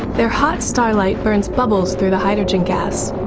their hot starlight burns bubbles through the hydrogen gas,